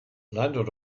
landed